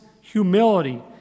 humility